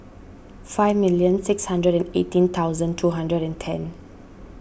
five million six hundred and eighteen thousand two hundred and ten